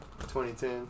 2010